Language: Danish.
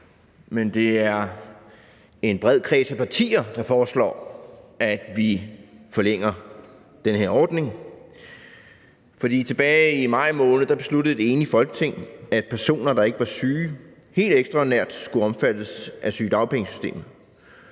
men en bred kreds af partier, der foreslår, at vi forlænger den her ordning. Tilbage i maj måned besluttede et enigt Folketing, at personer, der ikke var syge, helt ekstraordinært skulle omfattes af sygedagpengesystemet.